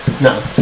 No